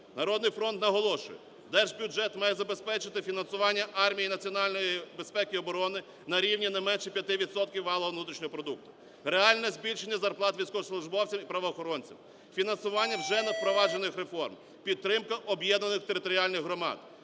"Народний фронт" наголошує, держбюджет має забезпечити фінансування армії, національної безпеки і оборони на рівні не менше 5 відсотків валового внутрішнього продукту, реальне збільшення зарплат військовослужбовцям і правоохоронцям, фінансування вже не впроваджених реформ, підтримка об'єднаних територіальних громад,